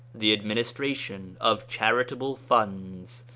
the administration of charitable funds,